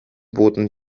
boten